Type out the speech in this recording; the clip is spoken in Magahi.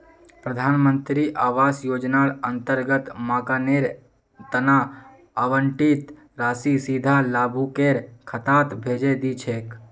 प्रधान मंत्री आवास योजनार अंतर्गत मकानेर तना आवंटित राशि सीधा लाभुकेर खातात भेजे दी छेक